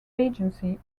agency